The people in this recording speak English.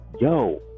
yo